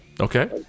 Okay